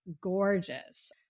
gorgeous